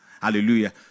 Hallelujah